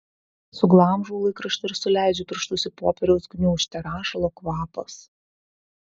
suglamžau laikraštį ir suleidžiu pirštus į popieriaus gniūžtę rašalo kvapas